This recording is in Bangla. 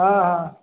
হ্যাঁ হ্যাঁ